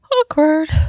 Awkward